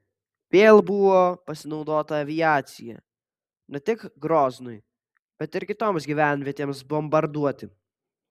vėl buvo pasinaudota aviacija ne tik groznui bet ir kitoms gyvenvietėms bombarduoti